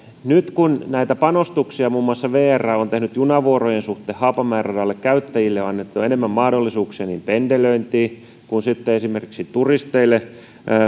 nyt kun näitä panostuksia muun muassa vr on tehnyt junavuorojen suhteen haapamäen radalle ja käyttäjille on annettu enemmän mahdollisuuksia pendelöintiin ja esimerkiksi turisteille